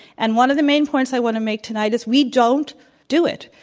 and one of the main points i want to make tonight is we don't do it.